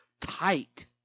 tight